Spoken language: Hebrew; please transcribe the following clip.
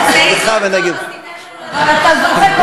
אבל אתה זוכה,